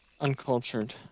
Uncultured